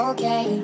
Okay